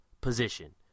position